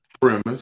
premise